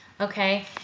okay